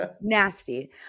Nasty